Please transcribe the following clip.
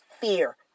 fear